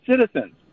citizens